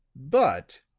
but,